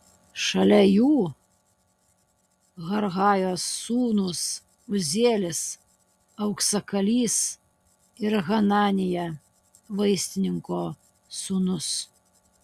šalia jų harhajos sūnus uzielis auksakalys ir hananija vaistininko sūnus